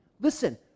Listen